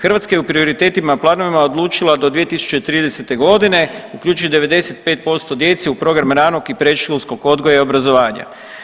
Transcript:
Hrvatska je u prioritetima i planovima odlučila do 2030. godine uključiti 95% djece u program ranog i predškolskog odgoja i obrazovanja.